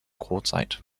quartzite